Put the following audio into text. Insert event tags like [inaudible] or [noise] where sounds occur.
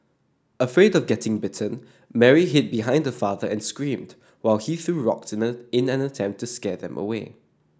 afraid of getting bitten Mary hid behind her father and screamed while he threw [unintelligible] in an attempt to scare them away